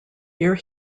year